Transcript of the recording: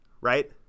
Right